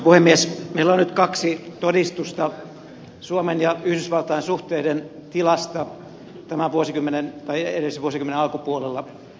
meillä on nyt kaksi todistusta suomen ja yhdysvaltain suhteiden tilasta edellisen vuosikymmenen alkupuolella